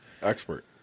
Expert